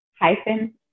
hyphen